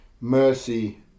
mercy